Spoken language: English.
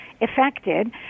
affected